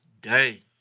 day